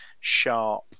sharp